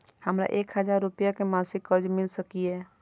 हमरा एक हजार रुपया के मासिक कर्ज मिल सकिय?